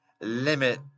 limit